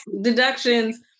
deductions